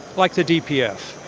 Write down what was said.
like the dpf,